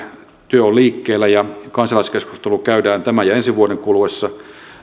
työ on liikkeellä kansalaiskeskustelu käydään tämän ja ensi vuoden kuluessa